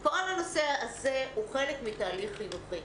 כל הנושא הזה הוא חלק מתהליך חינוכי.